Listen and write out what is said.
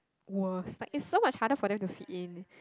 worse like it's so much harder for them to fit in